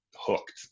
hooked